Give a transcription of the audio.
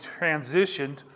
transitioned